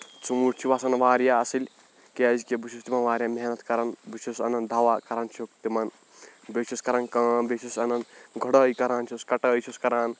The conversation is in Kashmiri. ژوٗنٛٹھۍ چھِ وسان واریاہ اَصٕل کیازِ کہِ بہٕ چھُس تِمن واریاہ محنت کران بہٕ چھُس اَنان دوا کراان چھُس تِمن بیٚیہِ چھُس کرن کٲم بیٚیہِ چھُس انان گُڑٲے کران چھُس کَٹٲے چھُس کران